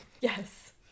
Yes